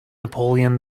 napoleon